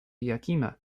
yakima